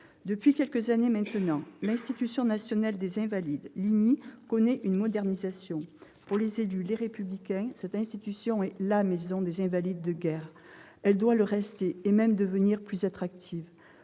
Depuis quelques années maintenant, l'Institution nationale des invalides, l'INI, connaît une modernisation. Pour les élus du groupe Les Républicains, cette institution est la maison des invalides de guerre. Elle doit le rester, et même devenir plus attractive